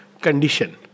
condition